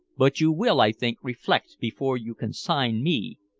but you will, i think, reflect before you consign me,